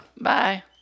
Bye